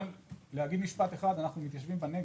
אנחנו מתיישבים בנגב,